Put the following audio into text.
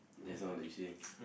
just now like you say